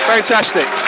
Fantastic